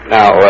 Now